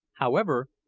however,